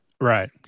Right